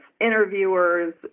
interviewers